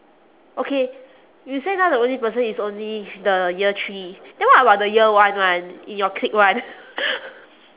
okay you say now the only person is only the year three then what about the year one [one] in your clique [one]